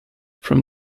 from